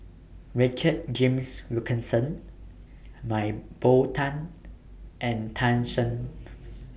Richard James Wilkinson Mah Bow Tan and Tan Shen